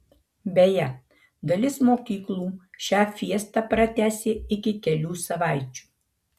beje dalis mokyklų šią fiestą pratęsė iki kelių savaičių